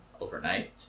overnight